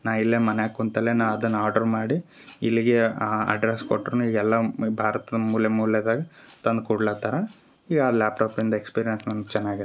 ನಾ ಇಲ್ಲೆ ಮನ್ಯಾಗ ಕುಂತಲ್ಲೆ ನಾ ಅದನ್ನ ಆರ್ಡರ್ ಮಾಡಿ ಇಲ್ಗೆಯಾ ಅಡ್ರಸ್ ಕೊಟ್ಟರೂನು ಈಗ ಎಲ್ಲ ಮ್ ಭಾರತದ ಮೂಲೆ ಮೂಲೆದಾಗ ತಂದು ಕೊಡ್ಲತರ ಈಗ ಆ ಲ್ಯಾಪ್ಟಾಪಿಂದ ಎಕ್ಸ್ಪೀರಿಯನ್ಸ್ ನನ್ಗೆ ಚೆನ್ನಾಗಿತ್ತು